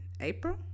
April